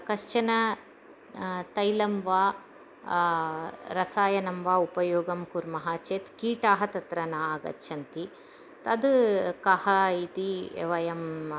कश्चन तैलं वा रसायनं वा उपयोगं कुर्मः चेत् कीटाः तत्र न आगच्छन्ति तद् कः इति वयम्